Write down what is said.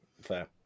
Fair